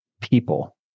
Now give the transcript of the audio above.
people